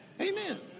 Amen